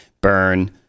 burn